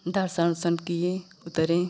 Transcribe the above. दर्शन ओर्शन किए उतरे